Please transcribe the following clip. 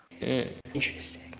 interesting